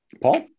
paul